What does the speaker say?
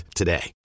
today